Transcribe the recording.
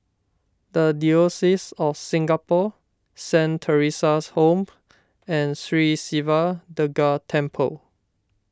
the Diocese of Singapore Saint theresa's Home and Sri Siva Durga Temple